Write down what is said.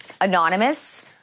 anonymous